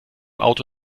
auto